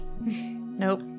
Nope